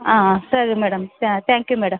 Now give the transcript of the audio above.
ಆಂ ಆಂ ಸರಿ madam thank you madam